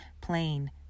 plain